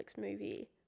movie